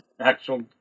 Actual